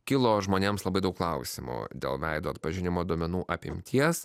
kilo žmonėms labai daug klausimų dėl veido atpažinimo duomenų apimties